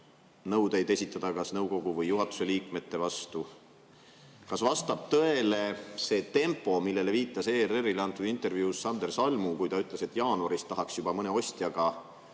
nõudeid esitada nõukogu või juhatuse liikmete vastu? Kas vastab tõele see tempo, millele viitas ERR-ile antud intervjuus Sander Salmu, kui ta ütles, et jaanuaris tahaks juba mõne ostjaga